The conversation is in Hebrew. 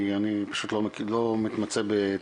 כי אני פשוט לא מתמצא בתקציבים.